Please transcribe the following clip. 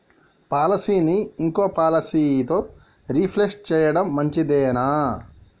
పాలసీని ఇంకో పాలసీతో రీప్లేస్ చేయడం మంచిదేనా?